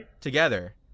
together